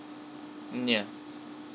mm ya